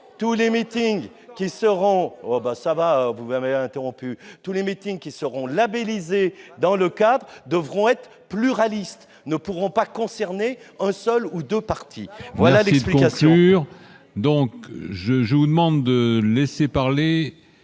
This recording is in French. Tous les meetings qui seront labellisés dans ce cadre devront être pluralistes et ne pourront pas concerner un seul ou deux partis. Voilà l'explication